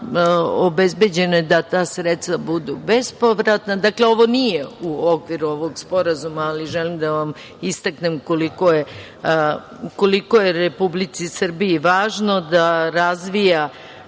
obezbeđeno je da ta sredstva budu bespovratna. Dakle, ovo nije u okviru ovog Sporazuma, ali želim da vam istaknem koliko je Republici Srbiji važno da razvija